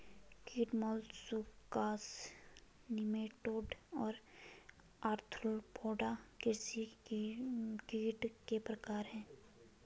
कीट molluscs nematode और arthropoda कृषि कीट के प्रकार हैं